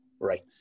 Right